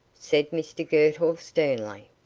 said mr girtle, sternly.